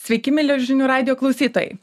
sveiki mieli žinių radijo klausytojai